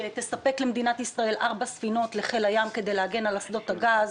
שתספק לחיל הים הישראלי ארבע ספינות כדי להגן על אסדות הגז,